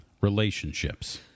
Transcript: Relationships